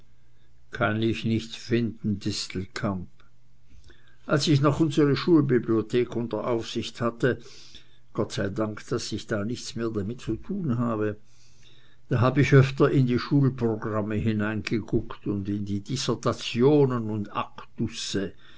kann ich nicht finden distelkamp als ich noch unsere schulbibliothek unter aufsicht hatte gott sei dank daß ich nichts mehr damit zu tun habe da hab ich öfter in die schulprogramme hineingeguckt und in die dissertationen und